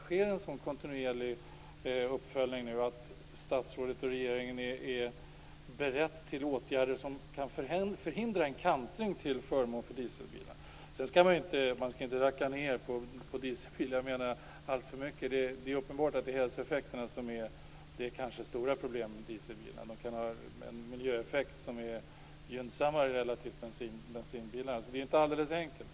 Sker det nu en sådan kontinuerlig uppföljning att statsrådet och regeringen är beredda till åtgärder som kan förhindra en kantring till förmån för dieselbilar? Man skall inte racka ned på dieselbilar alltför mycket. Det är uppenbart att hälsoeffekterna är det stora problemet med dieselbilar, men de kan ha en miljöeffekt som är gynnsammare än vad bensinbilar har. Det är inte alldeles enkelt.